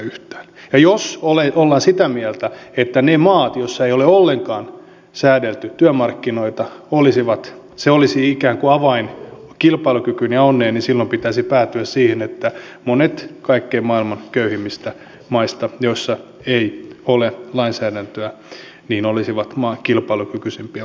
ja jos ollaan sitä mieltä että se että ei ole ollenkaan säädelty työmarkkinoita olisi ikään kuin avain kilpailukykyyn ja onneen niin silloin pitäisi päätyä siihen että monet maailman kaikkein köyhimmistä maista joissa ei ole lainsäädäntöä olisivat kilpailukykyisimpiä valtioita